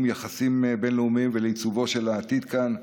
יחסים בין-לאומיים ולעיצובו של העתיד כאן.